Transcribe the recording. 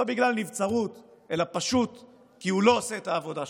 לא בגלל נבצרות אלא פשוט כי הוא לא עושה את העבודה שלו.